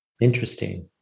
interesting